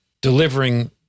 delivering